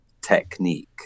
technique